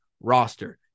roster